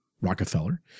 Rockefeller